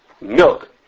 milk